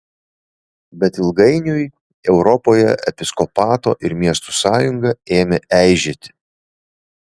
bet ilgainiui europoje episkopato ir miestų sąjunga ėmė eižėti